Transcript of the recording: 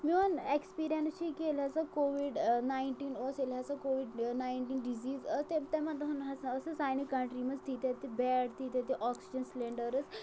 میون اٮ۪کٕسپیٖرریَنٕس چھُ کہِ ییٚلہِ ہَسا کووِڈ نایِنٹیٖن اوس ییٚلہِ ہسا کووِڈ نایِٹیٖن ڈِزیٖز ٲس تم تِمَن دۄہَن ہسا ٲس سُہ سانہِ کَنٹری منٛز تیٖتیٛاہ تہِ بیڈ تیٖتیٛاہ تہِ آکسیجَن سِلینڈٲرٕز